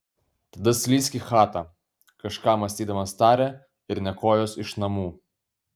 tada slysk į chatą kažką mąstydamas tarė ir nė kojos iš namų